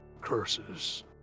curses